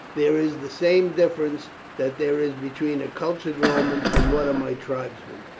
there is the same difference that there is between a cultured roman and one of my tribesmen.